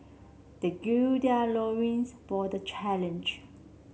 they gird their loins for the challenge